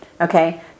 Okay